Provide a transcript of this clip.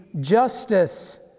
justice